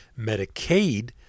Medicaid